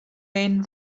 این